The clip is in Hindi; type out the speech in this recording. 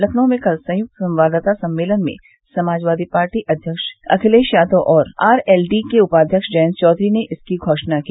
लखनऊ में कल संयुक्त संवाददाता सम्मेलन में समाजवादी पार्टी अध्यक्ष के अखिलेश यादव और आर एल डी के उपाध्यक्ष जयंत चौधरी ने इसकी घोषणा की